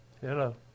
Hello